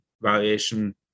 valuation